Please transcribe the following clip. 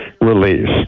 release